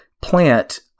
plant